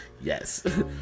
Yes